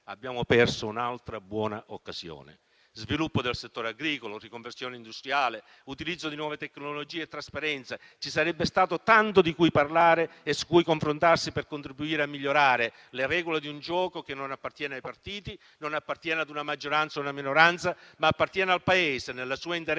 abbiamo perso un'altra buona occasione: sviluppo del settore agricolo, riconversione industriale, utilizzo di nuove tecnologie e trasparenza. Ci sarebbe stato tanto di cui parlare e su cui confrontarsi per contribuire a migliorare le regole di un gioco che non appartiene ai partiti, ad una maggioranza o una minoranza, ma al Paese intero